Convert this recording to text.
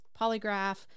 polygraph